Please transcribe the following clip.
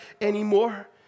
anymore